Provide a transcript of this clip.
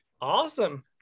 Awesome